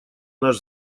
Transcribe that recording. наш